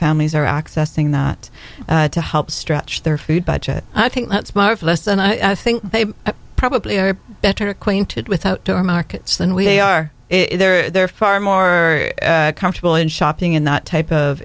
families are accessing that to help stretch their food budget i think that's marvelous and i think they probably are better acquainted with outdoor markets than we are they're far more comfortable in shopping in that type of